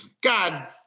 God